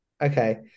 okay